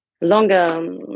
longer